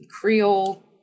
creole